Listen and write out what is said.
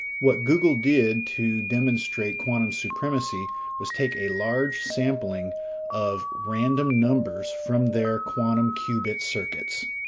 what google did to demonstrate quantum supremacy was take a large sampling of random numbers from their quantum qubit circuits,